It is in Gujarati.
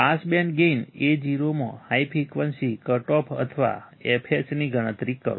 પાસ બેન્ડ ગેઇન Ao માં હાઈ ફ્રિક્વન્સી કટ ઓફ અથવા fh ની ગણતરી કરો